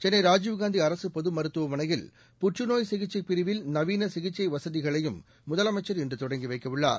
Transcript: சென்னை ராஜீவ்காந்தி அரசு பொது மருத்துவமனையில் புற்றுநோய் சிகிச்சைப் பிரிவில் நவீன சிகிச்சை வசதிகளையும் முதலமைச்சர் இன்று தொடங்கி வைக்கவுள்ளார்